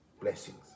Blessings